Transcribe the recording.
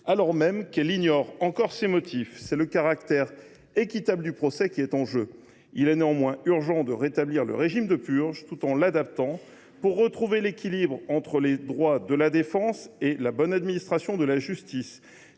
alors même qu’elle les ignore encore. C’est le caractère équitable du procès qui est en jeu. Il est néanmoins urgent de rétablir le régime de purge, tout en l’adaptant, pour retrouver l’équilibre entre les droits de la défense et la bonne administration de la justice.